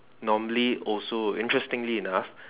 normally also interestingly enough